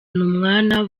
numwana